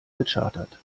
gechartert